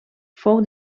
fou